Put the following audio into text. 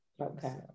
Okay